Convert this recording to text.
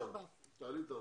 רגע, אבל תן לאוצר, תן לתחבורה.